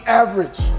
average